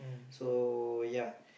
so ya